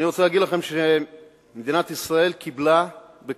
אני רוצה להגיד לכם שמדינת ישראל קיבלה בקדנציה